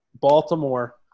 Baltimore